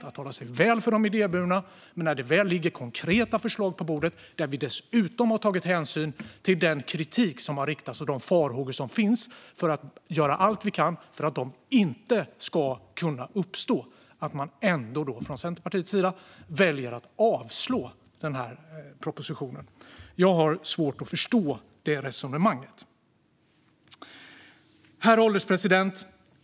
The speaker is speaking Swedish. Man talar sig väl för de idéburna, men när det väl ligger konkreta förslag på bordet - där vi dessutom har tagit hänsyn till den kritik som har riktats och de farhågor som finns för att göra allt vi kan för att sådant inte ska kunna uppstå - väljer man ändå från Centerpartiets sida att yrka avslag på propositionen. Jag har svårt att förstå det resonemanget. Herr ålderspresident!